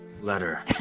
letter